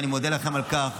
ואני מודה לכם על כך,